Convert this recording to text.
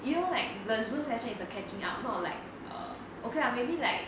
you know like blur zoom session is a catching up not like err okay lah maybe like